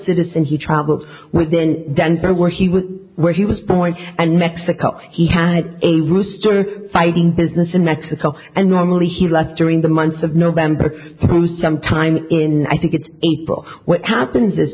citizen he traveled with then denver where he was where he was point and mexico he had a rooster fighting business in mexico and normally he left during the months of november to some time in i think it's april what happens